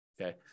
Okay